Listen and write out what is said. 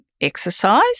exercise